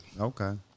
Okay